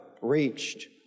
reached